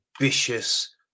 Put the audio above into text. ambitious